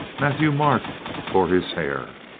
matthieu-marc tore his hair.